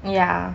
ya